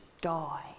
die